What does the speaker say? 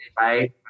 right